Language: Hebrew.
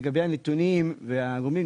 לגבי הנתונים והגורמים,